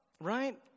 right